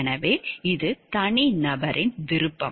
எனவே இது தனிநபரின் விருப்பம்